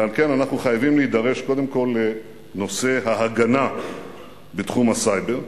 ועל כן אנחנו חייבים להידרש קודם כול לנושא ההגנה בתחום הסייבר.